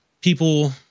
people